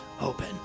open